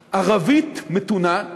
והאנטי-ערבית-מתונה,